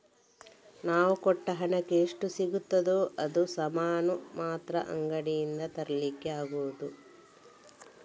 ನಾವು ಕೊಟ್ಟ ಹಣಕ್ಕೆ ಎಷ್ಟು ಸಿಗ್ತದೋ ಅಷ್ಟು ಸಾಮಾನು ಮಾತ್ರ ಅಂಗಡಿಯಿಂದ ತರ್ಲಿಕ್ಕೆ ಆಗುದು